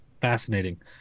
Fascinating